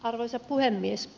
arvoisa puhemies